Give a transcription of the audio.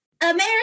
America